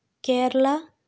Kerala